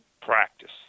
practice